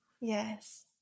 Yes